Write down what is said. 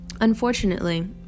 Unfortunately